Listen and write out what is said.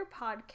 podcast